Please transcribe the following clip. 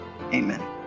Amen